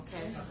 okay